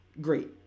great